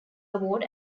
award